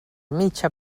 mitja